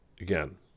again